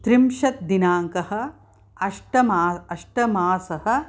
त्रिंशत् दिनाङ्कः अष्ट अष्टममासः